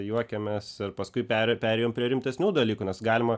juokiamės ir paskui perė perėjom prie rimtesnių dalykų nes galima